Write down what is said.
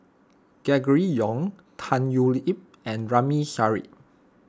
Gregory Yong Tan Thoon Lip and Ramli Sarip